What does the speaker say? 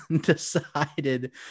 decided